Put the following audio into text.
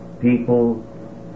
people